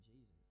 Jesus